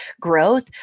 growth